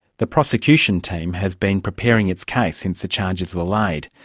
the prosecution team has been preparing its case since the charges were laid,